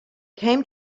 came